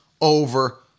over